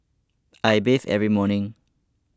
I bathe every morning